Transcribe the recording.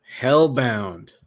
hellbound